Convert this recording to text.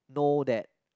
know that